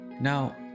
Now